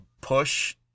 push